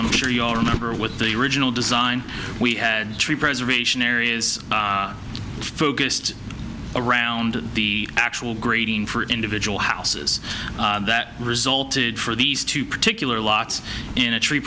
i'm sure you all remember what the original design we had tree preservation area is focused around the actual grading for individual houses that resulted for these two particular lots in a tree